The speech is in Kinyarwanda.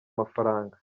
amafaranga